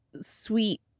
sweet